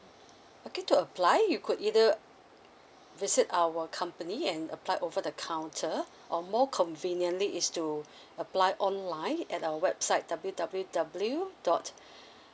okay to apply you could either visit our company and apply over the counter or more conveniently is to apply online at our website W W W dot